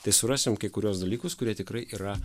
tai surasim kai kuriuos dalykus kurie tikrai yra